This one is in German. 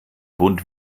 bunt